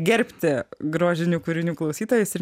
gerbti grožinių kūrinių klausytojas ir